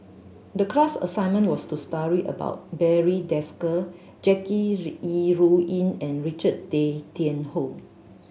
the class assignment was to about Barry Desker Jackie Yi Ru Ying and Richard Tay Tian Hoe